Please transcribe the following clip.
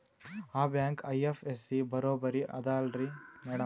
ಆ bank IFSC ಬರೊಬರಿ ಅದಲಾರಿ ಮ್ಯಾಡಂ?